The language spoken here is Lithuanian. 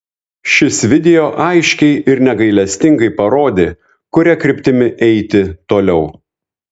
šis video aiškiai ir negailestingai parodė kuria kryptimi eiti toliau